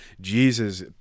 Jesus